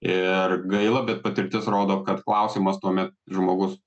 ir gaila bet patirtis rodo kad klausimas tuomet žmogus